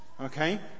Okay